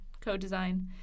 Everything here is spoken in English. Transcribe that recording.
Co-Design